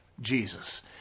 Jesus